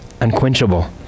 unquenchable